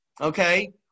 Okay